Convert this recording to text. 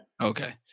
Okay